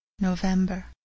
November